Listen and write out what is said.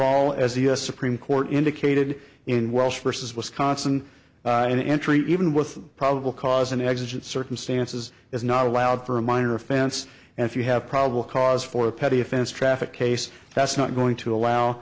all as the u s supreme court indicated in welsh versus wisconsin in entry even with probable cause an exit circumstances is not allowed for a minor offense and if you have probable cause for a petty offense traffic case that's not going to allow